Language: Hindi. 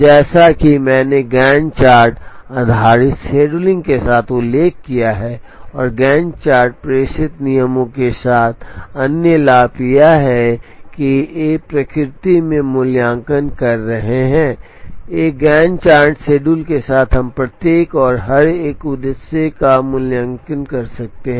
जैसा कि मैंने गैंट चार्ट आधारित शेड्यूलिंग के साथ उल्लेख किया है और गैन्ट चार्ट आधारित प्रेषण नियम के साथ अन्य लाभ यह है कि ये प्रकृति में मूल्यांकन कर रहे हैं एक गैंट चार्ट शेड्यूल के साथ हम प्रत्येक और हर एक उद्देश्य का मूल्यांकन कर सकते हैं